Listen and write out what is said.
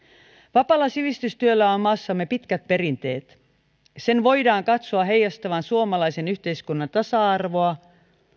vapaalla sivistystyöllä on maassamme pitkät perinteet sen voidaan katsoa heijastavan suomalaisen yhteiskunnan tasa arvoa